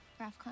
Rafcon